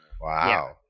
Wow